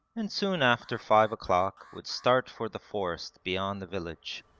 and soon after five o'clock would start for the forest beyond the village.